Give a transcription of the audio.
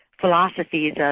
philosophies